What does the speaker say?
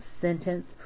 sentence